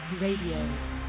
Radio